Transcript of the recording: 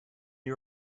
new